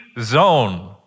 zone